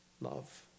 love